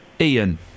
Ian